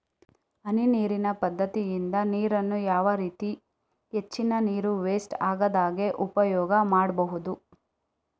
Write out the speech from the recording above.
ಹನಿ ನೀರಿನ ಪದ್ಧತಿಯಿಂದ ನೀರಿನ್ನು ಯಾವ ರೀತಿ ಹೆಚ್ಚಿನ ನೀರು ವೆಸ್ಟ್ ಆಗದಾಗೆ ಉಪಯೋಗ ಮಾಡ್ಬಹುದು?